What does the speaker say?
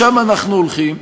לשם אנחנו הולכים.